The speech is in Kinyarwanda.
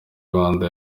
rwanda